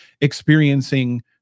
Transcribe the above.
experiencing